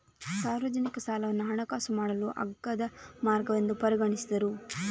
ಸಾರ್ವಜನಿಕ ಸಾಲವನ್ನು ಹಣಕಾಸು ಮಾಡಲು ಅಗ್ಗದ ಮಾರ್ಗವೆಂದು ಪರಿಗಣಿಸಿದರು